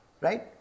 Right